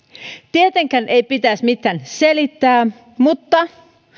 tietenkään ei pitäisi mitään selittää mutta